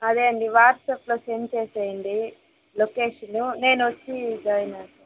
అదే అండీ వాట్సాప్లో సెండ్ చేసేయండి లొకేషను నేనొచ్చి జాయిన్ అవుతా